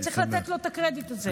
צריך לתת לו את הקרדיט הזה.